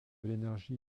l’énergie